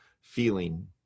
feeling